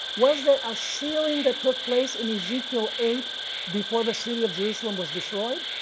was there a sealing that took place in ezekiel eight before the city of jerusalem was destroyed,